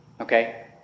Okay